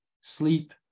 sleep